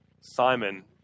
Simon